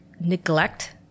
neglect